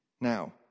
Now